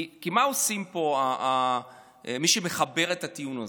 כי מה עושה פה מי שמחבר את הטיעון הזה?